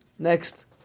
next